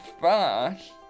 fast